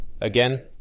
Again